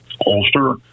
holster